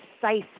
precise